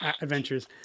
adventures